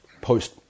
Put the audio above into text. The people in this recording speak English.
post